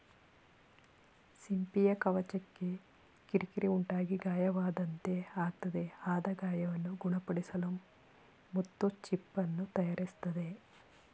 ಸಿಂಪಿಯ ಕವಚಕ್ಕೆ ಕಿರಿಕಿರಿ ಉಂಟಾಗಿ ಗಾಯವಾದಂತೆ ಆಗ್ತದೆ ಆದ ಗಾಯವನ್ನು ಗುಣಪಡಿಸಲು ಮುತ್ತು ಚಿಪ್ಪನ್ನು ತಯಾರಿಸ್ತದೆ